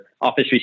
Office